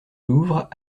louvre